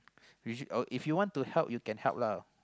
usually uh if you want to help you can help lah